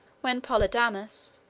when polydamas,